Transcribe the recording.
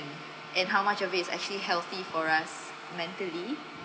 and how much of it is actually healthy for us mentally